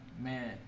man